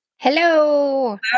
Hello